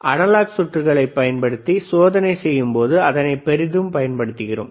analogue சுற்றுக்களை பயன்படுத்தி சோதனை செய்யும்போது அதனை பெரிதும் பயன்படுத்துகிறோம்